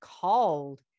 called